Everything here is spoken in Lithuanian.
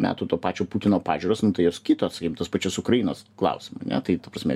metų to pačio putino pažiūros nu tai jos kitos tos pačios ukrainos klausimu ane tai ta prasme